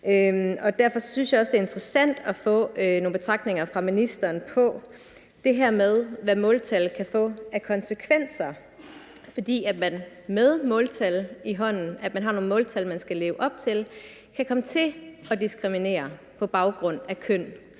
Derfor synes jeg også, det er interessant at få nogle betragtninger fra ministeren om det her med, hvad måltal kan få af konsekvenser, fordi man med måltal i hånden – det, at man har nogle måltal, man skal leve op til – kan komme til at diskriminere på baggrund af køn.